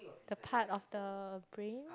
the part of the brain